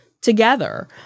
together